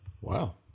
wow